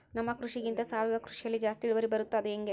ನಮ್ಮ ಕೃಷಿಗಿಂತ ಸಾವಯವ ಕೃಷಿಯಲ್ಲಿ ಜಾಸ್ತಿ ಇಳುವರಿ ಬರುತ್ತಾ ಅದು ಹೆಂಗೆ?